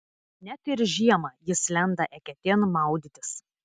net ir žiemą jis lenda eketėn maudytis